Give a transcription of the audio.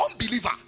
unbeliever